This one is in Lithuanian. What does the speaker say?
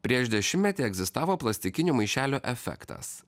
prieš dešimtmetį egzistavo plastikinių maišelių efektas